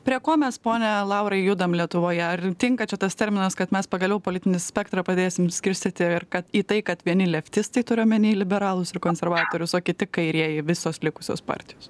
prie ko mes pone laurai judam lietuvoje ar tinka čia tas terminas kad mes pagaliau politinį spektrą padėsim skirstyti ir kad į tai kad vieni leftistai turiu omeny liberalus ir konservatorius o kiti kairieji visos likusios partijos